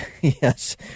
yes